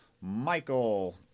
Michael